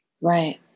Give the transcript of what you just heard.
Right